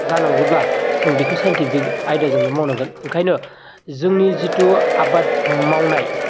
जानांगौब्ला जों बिखो साइनटिफिक आइदाजोंनो मावनांगोन ओंखायनो जोंनि जिथु आबाद मावनाय